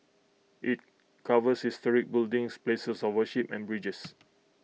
IT covers historic buildings places of worship and bridges